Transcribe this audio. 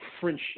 friendship